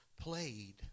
played